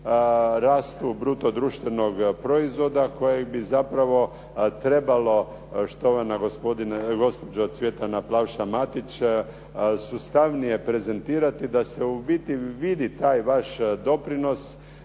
rastu bruto društvenog proizvoda kojeg bi zapravo trebalo, štovana gospođo Cvjetana Plavšan Matić, sustavnije prezentirati da se u biti vidi taj vaš doprinos